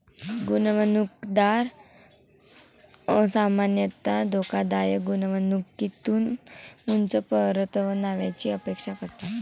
गुंतवणूकदार सामान्यतः धोकादायक गुंतवणुकीतून उच्च परताव्याची अपेक्षा करतात